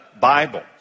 Bible